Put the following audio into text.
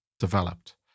Developed